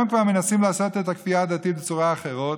היום כבר מנסים לעשות את הכפייה הדתית בצורות אחרות,